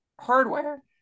hardware